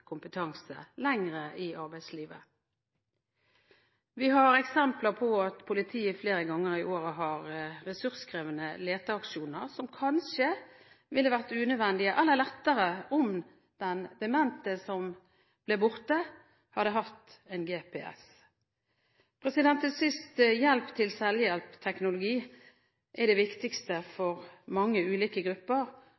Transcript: kompetanse lenger i arbeidslivet. Vi har eksempler på at politiet flere ganger i året har ressurskrevende leteaksjoner som kanskje ville vært unødvendige eller lettere om den demente som var blitt borte, hadde hatt en GPS. Til sist: Hjelp til selvhjelp-teknologi er det viktigste